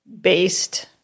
based